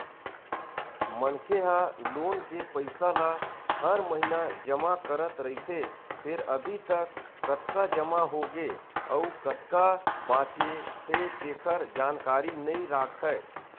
मनखे ह लोन के पइसा ल हर महिना जमा करत रहिथे फेर अभी तक कतका जमा होगे अउ कतका बाचे हे तेखर जानकारी नइ राखय